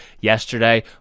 yesterday